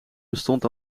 bestond